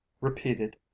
repeated